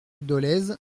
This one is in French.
dolez